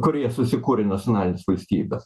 kurioje susikūrė nacionalinės valstybės